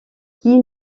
qui